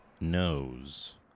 knows